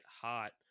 hot